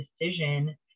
decision